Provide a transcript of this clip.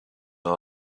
our